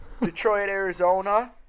Detroit-Arizona